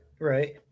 right